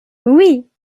oui